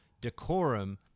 decorum